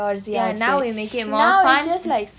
yeah now we make it more fun